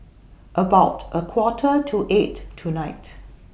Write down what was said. about A Quarter to eight tonight